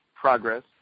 progress